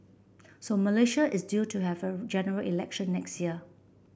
so Malaysia is due to have a General Election next year